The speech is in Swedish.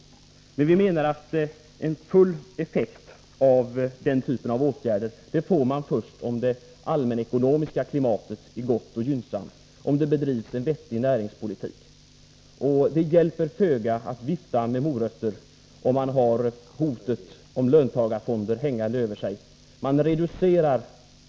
Vi menar emellertid att en full effekt av den typen av åtgärder får man först om det allmänekonomiska klimatet är gott och gynnsamt; om det bedrivs en vettig näringspolitik. Har man hotet om löntagarfonder hängande över sig, hjälper emellertid sådana ”morötter” föga.